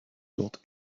dort